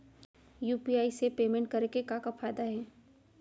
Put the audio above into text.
UPI से payment करे के का का फायदा हे?